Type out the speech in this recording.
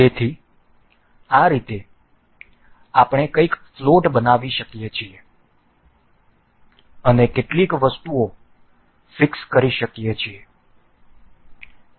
તેથી આ રીતે આપણે કંઈક ફ્લોટ બનાવી શકીએ છીએ અને કેટલીક વસ્તુઓ ફીક્સ કરી શકીએ છીએ